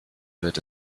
wird